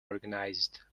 organized